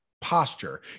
posture